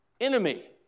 enemy